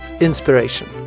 inspiration